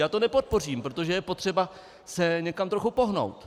Já to nepodpořím, protože je potřeba se někam trochu pohnout.